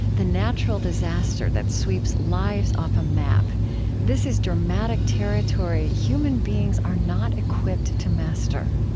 the natural disaster that sweeps lives off a map this is dramatic territory human beings are not equipped to master.